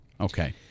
Okay